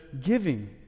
giving